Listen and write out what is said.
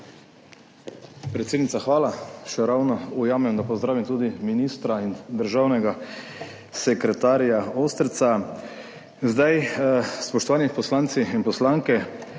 Predsednica, hvala. Še ravno ujamem, da pozdravim tudi ministra in državnega sekretarja Ostrca. Spoštovani poslanci in poslanke,